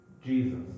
Jesus